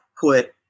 put